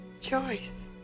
Choice